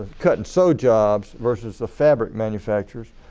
cut and sew jobs versus the fabric manufactures.